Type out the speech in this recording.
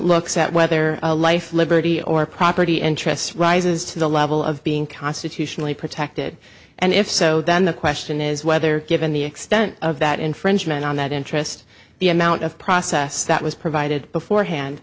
looks at whether a life liberty or property interests rises to the level of being constitutionally protected and if so then the question is whether given the extent of that infringement on that interest the amount of process that was provided beforehand